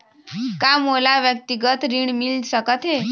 का मोला व्यक्तिगत ऋण मिल सकत हे?